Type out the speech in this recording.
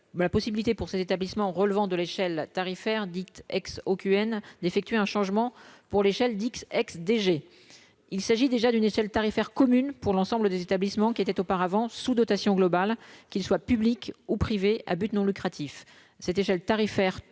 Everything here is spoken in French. la possibilité pour ces établissements relevant de l'échelle tarifaire dicte ex-oh que viennent d'effectuer un changement pour l'échelle d'ex- DG, il s'agit déjà d'une échelle tarifaire commune pour l'ensemble des établissements qui était auparavant sous-dotation globale qu'ils soient publics ou privés à but non lucratif,